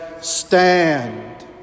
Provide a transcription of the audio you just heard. stand